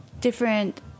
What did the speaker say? different